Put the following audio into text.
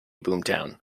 boomtown